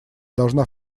должна